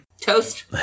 Toast